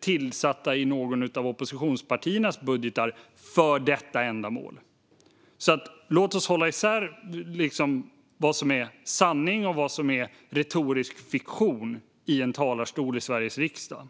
tillsatta i någon av oppositionspartiernas budgetar för detta ändamål. Låt oss hålla isär vad som är sanning och vad som är retorisk fiktion i en talarstol i Sveriges riksdag.